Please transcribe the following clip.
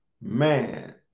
man